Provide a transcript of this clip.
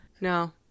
No